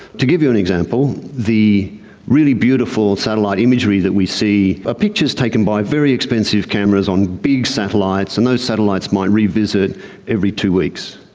to give you an example, the really beautiful satellite imagery that we see are ah pictures taken by very expensive cameras on big satellites, and those satellites might revisit every two weeks.